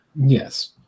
Yes